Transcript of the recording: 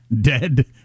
dead